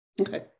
okay